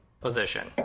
position